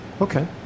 Okay